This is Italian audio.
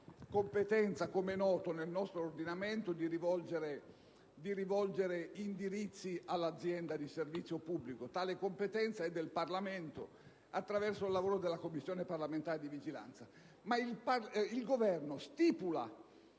la competenza nel nostro ordinamento per rivolgere indirizzi all'azienda di servizio pubblico. Tale competenza è del Parlamento, attraverso il lavoro della Commissione parlamentare di vigilanza;